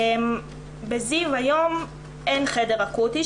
בזיו היום אין חדר אקוטי,